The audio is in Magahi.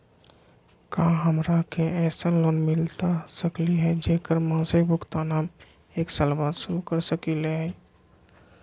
का हमरा के ऐसन लोन मिलता सकली है, जेकर मासिक भुगतान हम एक साल बाद शुरू कर सकली हई?